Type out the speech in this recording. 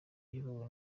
iyobowe